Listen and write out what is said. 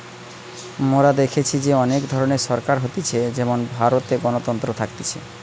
মোরা দেখেছি যে অনেক ধরণের সরকার হতিছে যেমন ভারতে গণতন্ত্র থাকতিছে